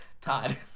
Todd